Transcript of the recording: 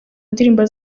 ndirimbo